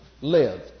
live